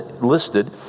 listed